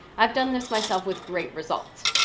i've done this myself with great results.